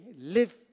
live